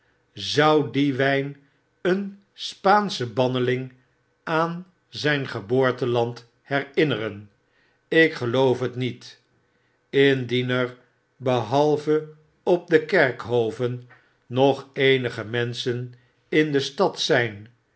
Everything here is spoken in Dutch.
zou die wijn een spaanschen oanneling aan zijn geboorteland herinneren ik geloof het niet indien er behalve op de kerkhoven nog eenige menschen in de stad zp